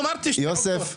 אני אמרתי --- יוסף,